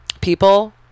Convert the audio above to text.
people